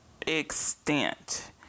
extent